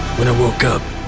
when i woke up,